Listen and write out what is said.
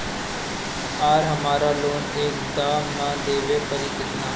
आर हमारा लोन एक दा मे देवे परी किना?